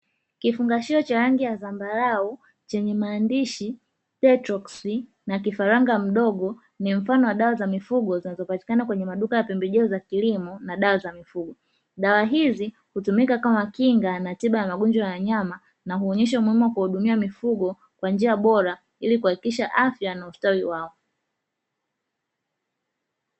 Kifungashio cha rangi ya zambarau chenye maandishi "Tepetroxy" na kifaranga mdogo ni mfano wa dawa za mifugo zinazopatikana kwenye maduka ya pembejeo za kilimo na dawa za mifugo, dawa hizi hutumika kama kinga na tiba ya magonjwa ya nyama na huonyesha umuhimu wa kuwahudumia mifugo kwa njia bora ili kuhakikisha afya yanayostawi wao.